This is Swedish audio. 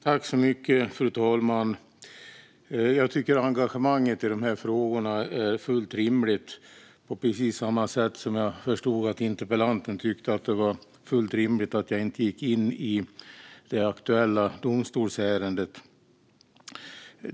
Fru talman! Jag tycker att engagemanget i dessa frågor är fullt rimligt, precis som interpellanten, som jag förstod det, tycker att det är fullt rimligt att jag inte går in på det aktuella domstolsärendet.